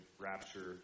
rapture